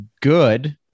good